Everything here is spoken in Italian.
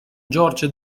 george